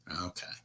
Okay